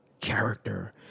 character